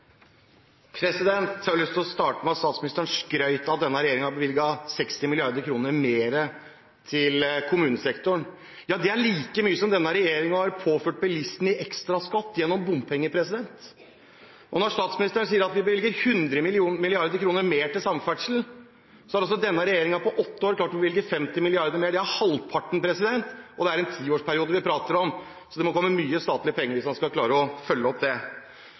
Jeg har lyst til å starte med at statsministeren skrøt av at denne regjeringen har bevilget 60 mrd. kr mer til kommunesektoren. Det er like mye som denne regjeringen har påført bilistene i ekstraskatt gjennom bompenger. Når statsministeren sier at vi bevilger 100 mrd. kr mer til samferdsel, har denne regjeringen på åtte år klart å bevilge 50 mrd. kr mer – det er halvparten, og vi snakker om en tiårsperiode. Så det må komme mye statlige penger hvis man skal klare å følge opp det.